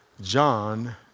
John